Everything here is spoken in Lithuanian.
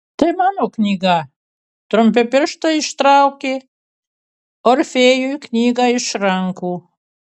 tai mano knyga trumpi pirštai ištraukė orfėjui knygą iš rankų